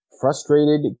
frustrated